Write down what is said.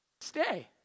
stay